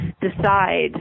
decide